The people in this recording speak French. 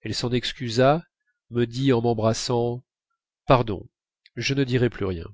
elle s'en excusa me dit en m'embrassant pardon je ne dirai plus rien